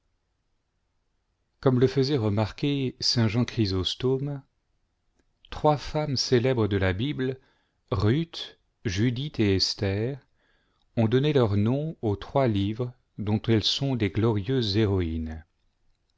gomme le faisait remarquer saint jean chrjsostome trois femmes célèbres de la bible ruth judith et esther ont donné leur nom aux trois livres dont elles sont les glorieuses héroïnes